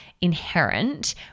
inherent